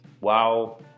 wow